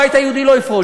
הבית היהודי לא יפרוש,